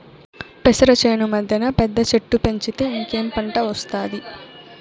పెసర చేను మద్దెన పెద్ద చెట్టు పెంచితే ఇంకేం పంట ఒస్తాది